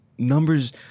Numbers